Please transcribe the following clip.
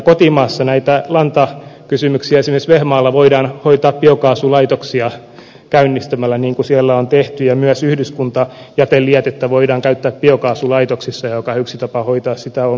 kotimaassa näitä lantakysymyksiä esimerkiksi vehmaalla voidaan hoitaa biokaasulaitoksia käynnistämällä niin kuin siellä on tehty ja myös yhdyskuntajätelietettä voidaan käyttää biokaasulaitoksissa mikä on yksi tapa hoitaa sitä ongelmaa